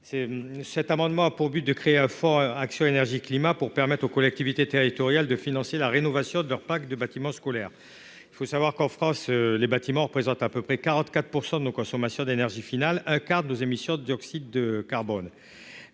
cet amendement a pour but de créer un fonds actions énergie climat pour permettre aux collectivités territoriales, de financer la rénovation de leur Pack de bâtiments scolaires, il faut savoir qu'en France les bâtiments représentent à peu près quarante-quatre % de nos consommations d'énergie finale un quart de nos émissions de dioxyde de carbone